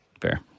Fair